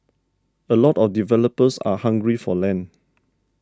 a lot of developers are hungry for land